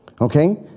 okay